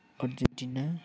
Argentina